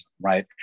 right